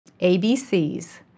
ABCs